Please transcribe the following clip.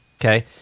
okay